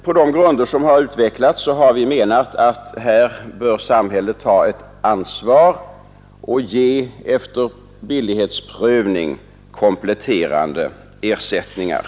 På de grunder som utvecklats har vi menat att här bör samhälletta —--- ett ansvar och efter billighetsprövning ge kompletterande ersättningar.